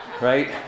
right